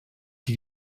die